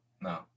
No